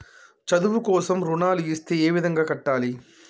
చదువు కోసం రుణాలు ఇస్తే ఏ విధంగా కట్టాలి?